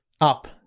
Up